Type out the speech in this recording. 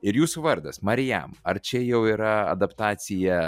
ir jūsų vardas marijam ar čia jau yra adaptacija